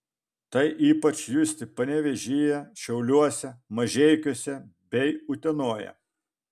tai ypač justi panevėžyje šiauliuose mažeikiuose bei utenoje